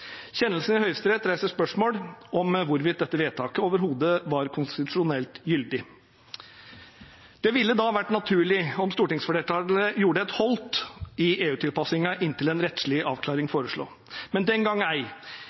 Kjennelsen i Høyesterett reiser spørsmål om hvorvidt dette vedtaket overhodet var konstitusjonelt gyldig. Det ville da vært naturlig om stortingsflertallet gjorde et holdt i EU-tilpasningen inntil en rettslig avklaring forelå. Men den gang ei